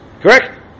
Correct